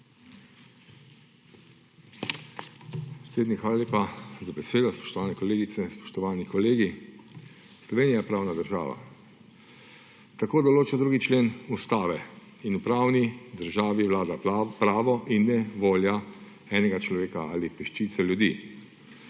Predsednik, hvala lepa za besedo. Spoštovane kolegice, spoštovani kolegi! Slovenija je pravna država, tako določa 2. člen ustave, in v pravni državi vlada pravo in ne volja enega človeka ali peščice ljudi.